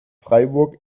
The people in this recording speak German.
freiburg